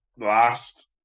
last